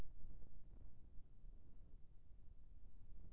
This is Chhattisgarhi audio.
फूलगोभी के इ सप्ता औसत मूल्य का रही?